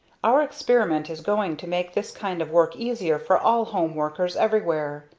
our experiment is going to make this kind of work easier for all home workers everywhere.